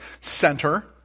center